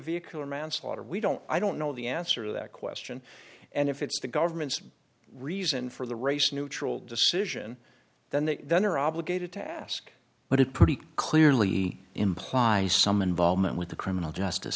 vehicle or manslaughter we don't i don't know the answer to that question and if it's the government's reason for the race neutral decision then they then are obligated to ask what it pretty clearly implies some involvement with the criminal justice